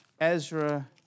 Ezra